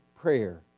prayer